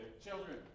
children